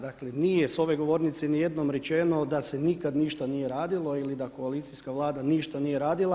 Dakle, nije sa ove govornice ni jednom rečeno da se nikad ništa nije radilo ili da koalicijska Vlada ništa nije radila.